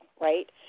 right